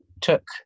took